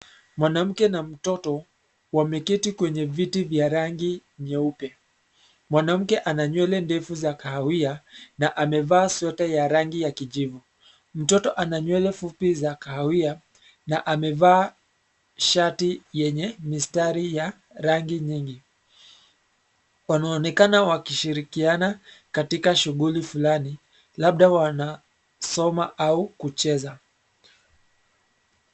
Mwanamke na mtoto wameketi kwenye viti vya rangu nyeupe. Mwanamke ana nywele ndefu za kahawia na amevaa sweta ya rangi ya kijivu. Mtoto ana nywele fupi za kahawia na amevaa shati yenye mistari ya rangi nyingi. Wanaonekana wakishirikiana katika shughuli fulani. Labda wanasoma au kucheza.